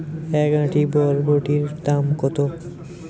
এক আঁটি বরবটির দাম কত?